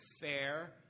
fair